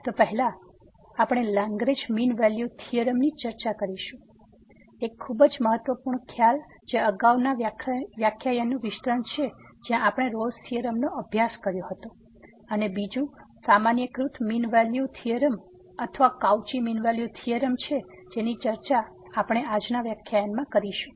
તો આપણે Lagrange mean value theorem ની ચર્ચા કરીશું એક ખૂબ જ મહત્વપૂર્ણ ખ્યાલ જે અગાઉના વ્યાખ્યાનનું વિસ્તરણ છે જ્યાં આપણે રોલ્સ થીયોરમ નો અભ્યાસ કર્યો છે અને બીજું સામાન્યીકૃત મીન વેલ્યુ થીયોરમ અથવા કાઉચી મીન વેલ્યુ થીયોરમ છે જેની ચર્ચા પણ આજના વ્યાખ્યાનમાં કરવામાં આવશે